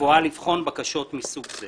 בבואה לבחון בקשות מסוג זה?